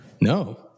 No